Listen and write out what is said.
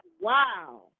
wow